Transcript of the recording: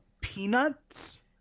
peanuts